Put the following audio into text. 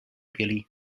violí